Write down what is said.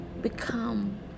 become